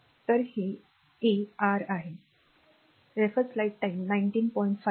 तर हे a r आहे